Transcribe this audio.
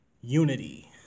Unity